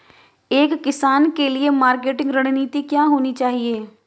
एक किसान के लिए मार्केटिंग रणनीति क्या होनी चाहिए?